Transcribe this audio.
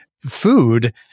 food